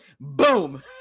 boom